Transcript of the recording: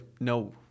no